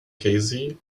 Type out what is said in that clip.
casey